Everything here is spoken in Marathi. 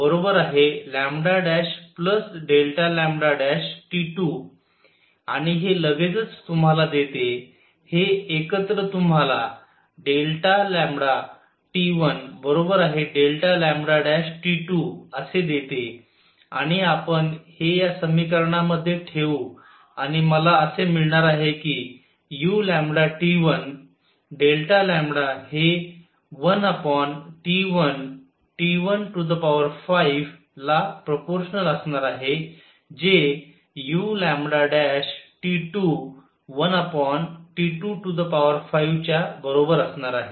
आता लक्षात घ्या की T1T2 T1λT2 आणि हे लगेचच तुम्हाला देते हे एकत्र तुम्हाला T1λT2 असे देते आणि आपण हे या समीकरणामध्ये ठेऊ आणि मला असे मिळणार आहे कि u हे 1T1T15 ला प्रपोशनल असणार आहे जे uλ1T25च्या बरोबर असणार आहे